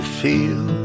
feel